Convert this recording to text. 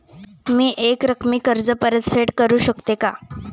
मी एकरकमी कर्ज परतफेड करू शकते का?